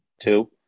two